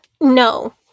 No